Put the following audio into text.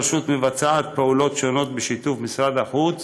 הרשות מבצעת פעולות שונות בשיתוף משרד החוץ